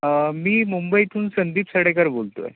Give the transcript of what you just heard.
मी मुंबईतून संदीप साडेकर बोलतोय